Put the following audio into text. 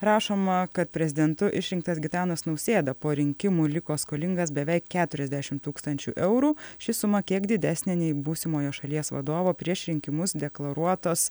rašoma kad prezidentu išrinktas gitanas nausėda po rinkimų liko skolingas beveik keturiasdešim tūkstančių eurų ši suma kiek didesnė nei būsimojo šalies vadovo prieš rinkimus deklaruotos